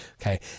okay